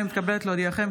הינני מתכבדת להודיעכם,